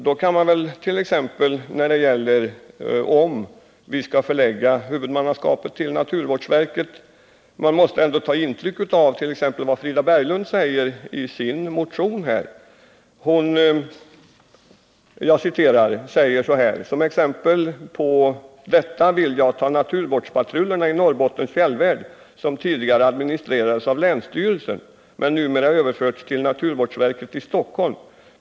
Då kan man t.ex. när det gäller om vi skall förlägga huvudmannaskapet till naturvårdsverket ändå ta intryck av vad Frida Berglund säger i sin motion: ”Som exempel —--- vill jag ta naturvårdspatrullerna i Norrbottens fjällvärld, som tidigare administrerades av länsstyrelsen men numera överförts till naturvårdsverket i Stockholm.